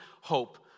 hope